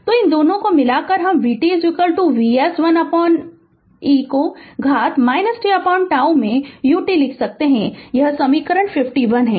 तो इन दोनों को मिलाकर हम vt Vs 1 e को घात tτ में ut लिख सकते हैं यह समीकरण 51 है